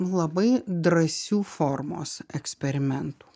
labai drąsių formos eksperimentų